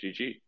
GG